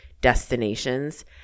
destinations